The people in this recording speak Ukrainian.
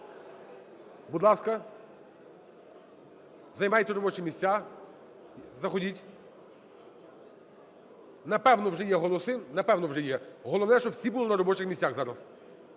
Будь ласка, займайте робочі місця, заходіть. Напевно, вже є голоси. Напевно, вже є, головне, щоб всі були на робочих місцях зараз.